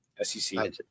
SEC